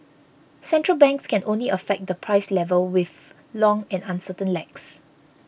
central banks can only affect the price level with long and uncertain lags